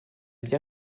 bien